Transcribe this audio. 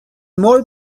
more